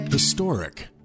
Historic